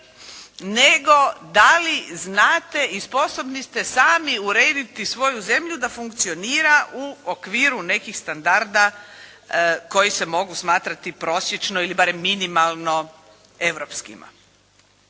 nego da li znate i sposobni ste sami urediti svoju zemlju da funkcionira u okviru nekih standarda koji se mogu smatrati prosječno ili barem minimalno europskima.